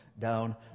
down